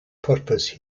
purpose